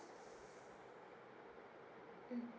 mm